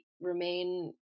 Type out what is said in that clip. remain